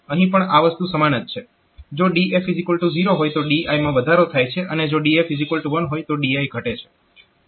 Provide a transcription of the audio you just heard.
અહીં પણ આ વસ્તુ સમાન જ છે જો DF0 હોય તો DI માં વધારો થાય છે અને જો DF1 હોય તો DI ઘટે છે